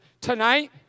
tonight